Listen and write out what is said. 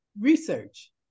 research